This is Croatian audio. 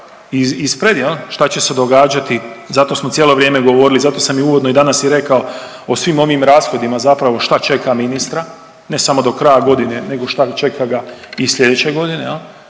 ispred šta će se događati, zato smo cijelo vrijeme govorili, zato sam uvodno danas i rekao o svim onim rashodima zapravo šta čeka ministra, ne samo do kraja godine nego šta čega ga i sljedeće godine